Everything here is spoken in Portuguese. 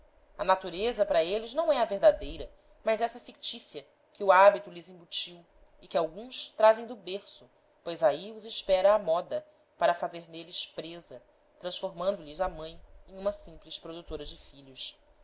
a natureza para eles não é a verdadeira mas essa fictícia que o hábito lhes embutiu e que alguns trazem do berço pois aí os espera a moda para fazer neles presa transformando lhes a mãe em uma simples produtora de filhos